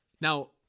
Now